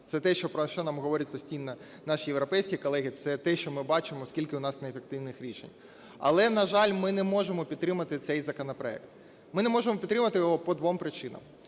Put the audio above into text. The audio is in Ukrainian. це те, про що нам говорить постійно наші європейські колеги, це те, що ми бачимо, скільки у нас не ефективних рішень. Але, на жаль, ми не можемо підтримати цей законопроект. Ми не можемо підтримати його по двом причинам: